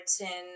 written